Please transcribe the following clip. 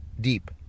deep